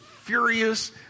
furious